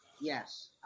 Yes